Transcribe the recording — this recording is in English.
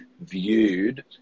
viewed